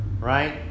right